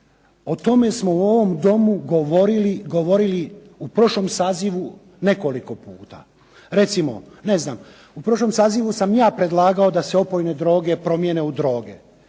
o tome smo u ovom Domu govorili u prošlom sazivu nekoliko puta. Recimo, ne znam, u prošlom sazivu sam ja predlagao da se opojne droge promjene u droge.